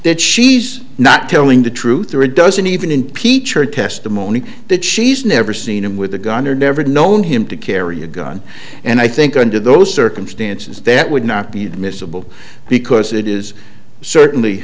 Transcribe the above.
that she's not telling the truth or it doesn't even in peach her testimony that she's never seen him with a gun or never known him to carry a gun and i think under those circumstances that would not be admissible because it is certainly